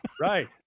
Right